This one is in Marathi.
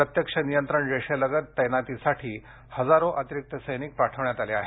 प्रत्यक्ष नियंत्रण रेषेलगत तैनातीसाठी हजारो अतिरिक्त सैनिक पाठविण्यात आले आहेत